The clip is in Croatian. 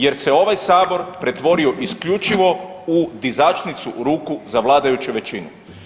Jer se ovaj Sabor pretvorio isključivo u dizačnicu ruku za vladajuću većinu.